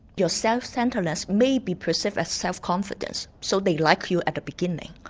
your self-centredness may be perceived as self confidence so they like you at the beginning.